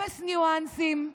אפס ניואנסים,